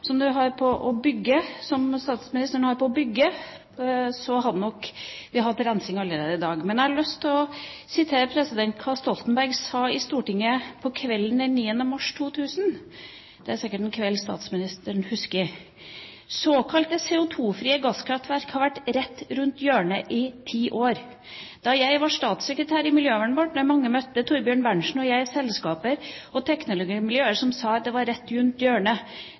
som å bygge, hadde vi nok hatt rensing allerede i dag. Men jeg har lyst til å sitere hva Stoltenberg sa i Stortinget på kvelden den 9. mars 2000. Det er sikkert en kveld statsministeren husker: «Såkalt CO2-fri gasskraftteknologi har vært rett rundt hjørnet i ti år. Da jeg var statssekretær i Miljøverndepartementet, møtte Thorbjørn Berntsen og jeg selskaper og teknologimiljøer som sa at det var rett rundt hjørnet.